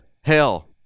hell